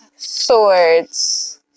Swords